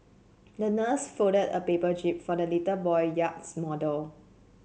the nurse folded a paper jib for the little boy yacht model